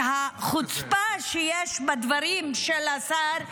החוצפה שיש בדברים של השר,